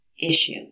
issue